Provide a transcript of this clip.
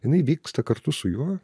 jinai vyksta kartu su juo